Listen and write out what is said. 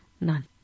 none